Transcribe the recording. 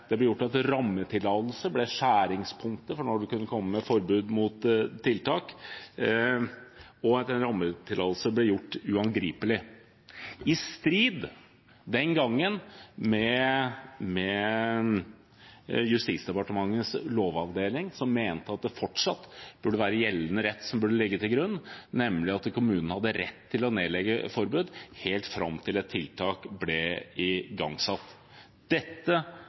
det ble avgjort at en rammetillatelse ble skjæringspunktet for når en kunne komme med forbud mot tiltak, og at en rammetillatelse ble gjort uangripelig. Det var den gang i strid med Justisdepartementets lovavdeling, som mente at gjeldende rett fortsatt burde ligge til grunn, nemlig at kommunene hadde rett til å nedlegge forbud helt fram til et tiltak ble igangsatt.